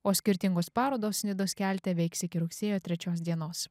o skirtingos parodos nidos kelte veiks iki rugsėjo trečios dienos